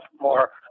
more